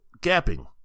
gapping